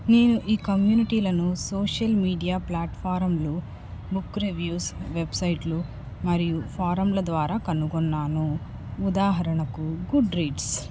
నేను ఈ కమ్యూనిటీలను సోషల్ మీడియా ప్లాట్ఫారంలో బుక్ రివ్యూస్ వెబ్సైట్లు మరియు ఫారంల ద్వారా కనుగొన్నాను ఉదాహరణకు గుడ్రీడ్స్